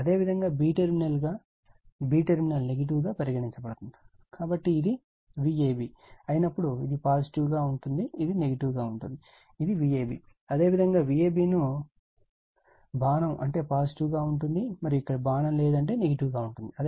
అదేవిధంగా b terminal negative గా పరిగణించబడుతుంది కాబట్టి ఇది Vab అయినప్పుడు ఇది పాజిటివ్ గా ఉంటుంది ఇది నెగిటివ్ గా ఉంటుంది ఇది Vab అదేవిధంగా Vab ను బాణం అంటే పాజిటివ్ గా ఉంటుంది మరియు ఇక్కడ బాణం లేదు అంటే నెగిటివ్ గా ఉంటుంది